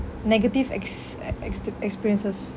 negative ex~ ex~ exta~ experiences